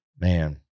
man